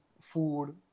food